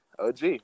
OG